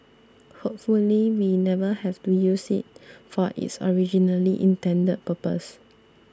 hopefully we never have to use it for its originally intended purpose